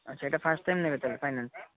ଆଚ୍ଛା ଏଇଟା first time ନେବେ ତା'ହେଲେ ଫାଇନାନ୍ସ